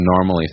normally